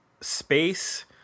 space